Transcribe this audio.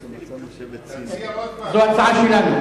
הפליטים הפלסטינים, זו הצעה שלנו.